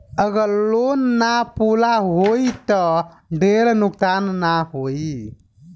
अगर लोन ना पूरा होई त ढेर नुकसान ना होई